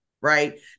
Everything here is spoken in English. Right